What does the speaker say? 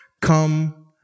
come